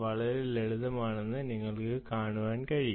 വളരെ ലളിതമാണെന്ന് നിങ്ങൾക്ക് കാണാൻ കഴിയും